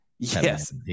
Yes